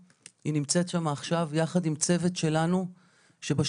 היא נמצאת שם עכשיו יחד עם צוות שלנו שבשבועיים